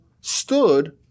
stood